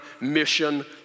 mission